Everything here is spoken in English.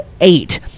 eight